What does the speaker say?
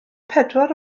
pedwar